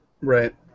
Right